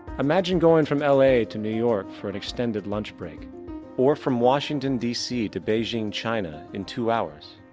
imagine going from l a to new york for an extended lunchbreak or from washington d c. to beijing, china, in two hours.